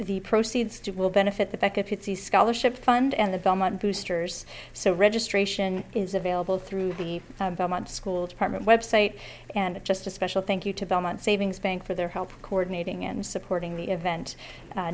the proceeds to will benefit the back up it's the scholarship fund and the belmont boosters so registration is available through the school department website and just a special thank you to belmont savings bank for their help coordinating and supporting the event